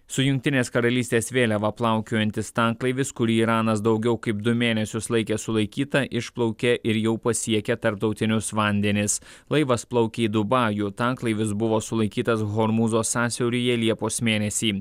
su jungtinės karalystės vėliava plaukiojantis tanklaivis kurį iranas daugiau kaip du mėnesius laikė sulaikytą išplaukė ir jau pasiekė tarptautinius vandenis laivas plaukė į dubajų tanklaivis buvo sulaikytas hormūzo sąsiauryje liepos mėnesį